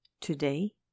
Today